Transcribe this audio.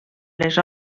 les